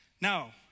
Now